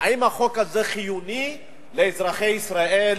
האם החוק הזה חיוני לאזרחי ישראל,